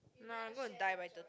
nah I'm gonna die by thirty